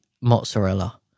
mozzarella